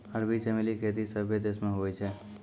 अरबी चमेली खेती सभ्भे देश मे हुवै छै